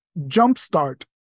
jumpstart